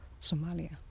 Somalia